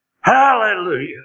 Hallelujah